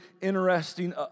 interesting